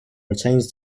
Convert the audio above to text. retains